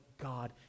God